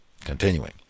Continuing